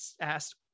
asked